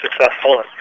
successful